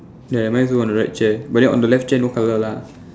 ya mine is on the right uh chair but then on the left chair no colour lah